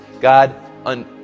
God